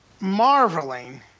marveling